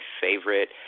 favorite